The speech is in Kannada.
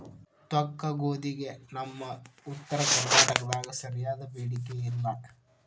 ತೊಕ್ಕಗೋಧಿಗೆ ನಮ್ಮ ಉತ್ತರ ಕರ್ನಾಟಕದಾಗ ಸರಿಯಾದ ಬೇಡಿಕೆ ಇಲ್ಲಾ